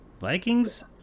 Vikings